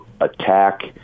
attack